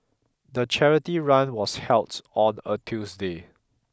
the charity run was held on a Tuesday